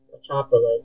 Metropolis